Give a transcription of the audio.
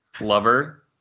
lover